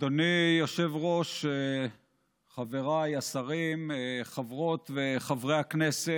אדוני היושב-ראש, חבריי השרים, חברות וחברי הכנסת,